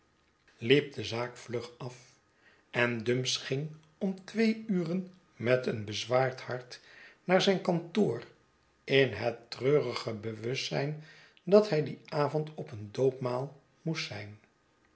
liep de zaak vlug af en dumps ging om twee uren met een bezwaard hart naar zijn kantoor in het treurige bewustzijn dat hij dien avond op een doopmaal moest zijn